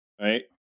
right